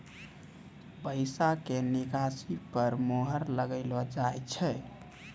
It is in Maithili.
पैसा के निकासी पर मोहर लगाइलो जाय छै